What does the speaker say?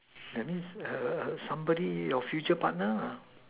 that means err err somebody your future partner lah